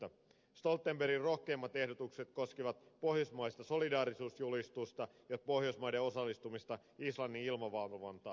stoltenbergin rohkeimmat ehdotukset koskivat pohjoismaista solidaarisuusjulistusta ja pohjoismaiden osallistumista islannin ilmavalvontaan